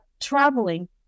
traveling